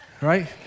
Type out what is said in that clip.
Right